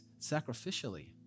sacrificially